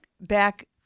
back